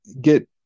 get